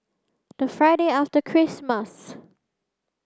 the Friday after Christmas